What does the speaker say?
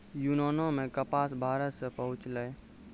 यूनानो मे कपास भारते से पहुँचलै